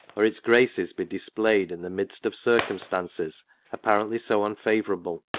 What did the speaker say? or its graces be displayed, in the midst of circumstances apparently so unfavourable,